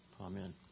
amen